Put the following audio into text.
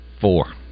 four